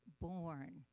born